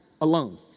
alone